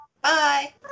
Bye